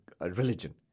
religion